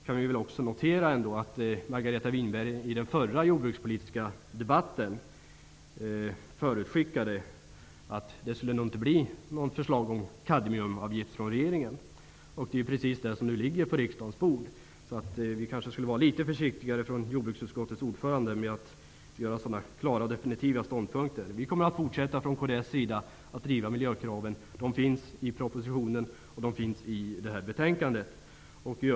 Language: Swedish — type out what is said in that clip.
Jag noterar att Margareta Winberg i den förra jordbrukspolitiska debatten förutskickade att det inte skulle komma något förslag om kadmiumavgift från regeringen. Det är precis ett sådant förslag som nu ligger på riksdagens bord. Jordbruksutskottets ordförande skulle kanske vara litet försiktigare med att inta sådana klara och definitiva ståndpunkter. Kds kommer att fortsätta att driva miljökraven. De finns i propositionen, och de finns i detta betänkande.